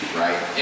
right